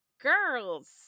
Girls